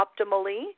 optimally